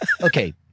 Okay